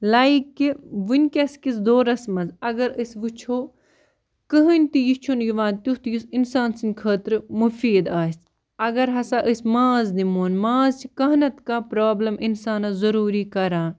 like کہِ وٕنۍکٮ۪س کِس دورَس منٛز اگر أسۍ وٕچھو کٕہٕنۍ تہِ یہِ چھُنہٕ یِوان تیُتھ یُس اِنسان سٕنٛدِ خٲطرٕ مُفیٖد آسہِ اگر ہَسا أسۍ ماز نِمہٕ ہون ماز چھِ کانٛہہ نہ تہٕ کانٛہہ پرٛابلِم اِنسانَس ضٔروٗری کَران